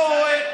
לא רואה,